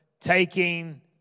taking